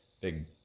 big